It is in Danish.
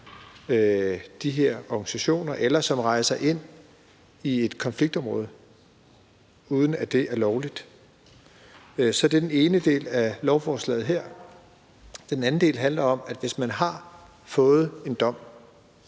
de her organisationer eller rejser ind i et konfliktområde, uden at det er lovligt. Så det er den ene del af lovforslaget her. Den anden del handler om, at hvis man har fået en dom,